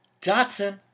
Dotson